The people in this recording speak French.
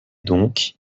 donc